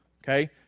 Okay